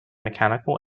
mechanical